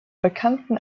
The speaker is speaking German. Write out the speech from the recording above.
bekannten